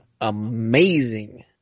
amazing